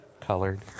colored